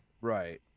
Right